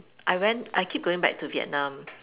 I went I keep going back to Vietnam